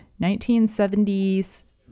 1970s